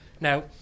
Now